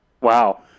Wow